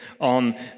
on